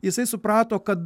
jisai suprato kad